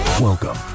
Welcome